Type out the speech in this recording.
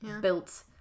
built